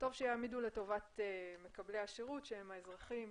טוב שיעמידו לטובת מקבליה השירות, שהם האזרחי,